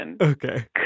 Okay